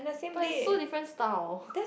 but is so different style